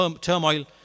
turmoil